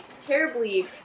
terribly